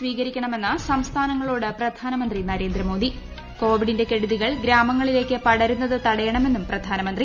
സ്വീകരിക്കണമെന്ന് സംസ്ഥാനങ്ങളോട് പ്രധാനമന്ത്രി നരേന്ദ്രമോദി കോവിഡിന്റെ കെടുതികൾ ഗ്രാമങ്ങളിലേക്ക് പടരുന്നത് തടയണമെന്നും പ്രധാനമന്ത്രി